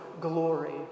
glory